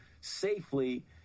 safely